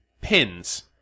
pins